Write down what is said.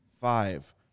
Five